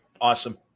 Awesome